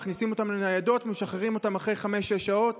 מכניסים אותם לניידות ומשחררים אותם אחרי חמש-שש שעות